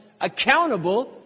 accountable